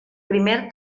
primer